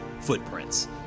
footprints